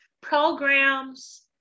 programs